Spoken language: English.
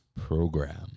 program